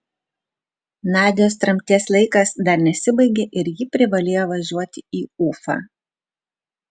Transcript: nadios tremties laikas dar nesibaigė ir ji privalėjo važiuoti į ufą